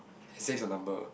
then saves her number